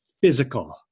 physical